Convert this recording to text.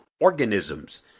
organisms